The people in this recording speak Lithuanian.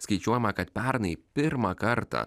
skaičiuojama kad pernai pirmą kartą